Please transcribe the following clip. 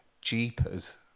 Jeepers